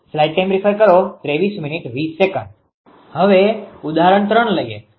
હવે ઉદાહરણ 3 લઈએ